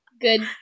Good